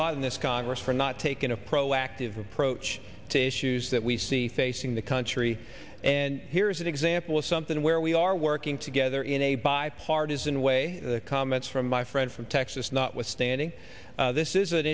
this lot in this congress for not taking a proactive approach to issues that we see facing the country and here's an example of something where we are working together in a bipartisan way comments from my friend from texas notwithstanding this is an